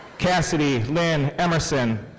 cassidy lynn emerson.